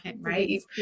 right